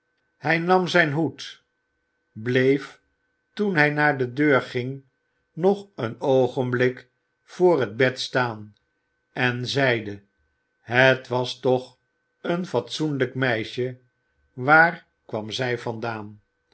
hij nam zijn hoed bleef toen hij naar de deur ging nog een oogenblik voor het bed staan en zeide het was toch een fatsoenlijk meisje waar kwam zij vandaan